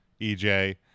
EJ